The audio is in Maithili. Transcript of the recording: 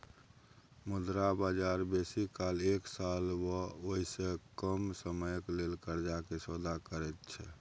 मुद्रा बजार बेसी काल एक साल वा ओइसे कम समयक लेल कर्जा के सौदा करैत छै